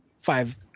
five